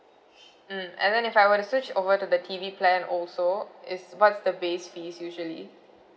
mm and then if I were to switch over to the T_V plan also is what's the base fees usually